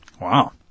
Wow